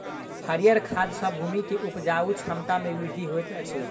हरीयर खाद सॅ भूमि के उपजाऊ क्षमता में वृद्धि होइत अछि